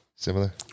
Similar